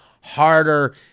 harder